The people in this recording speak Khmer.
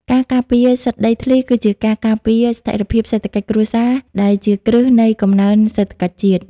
ការការពារសិទ្ធិដីធ្លីគឺជាការការពារស្ថិរភាពសេដ្ឋកិច្ចគ្រួសារ ដែលជាគ្រឹះនៃកំណើនសេដ្ឋកិច្ចជាតិ។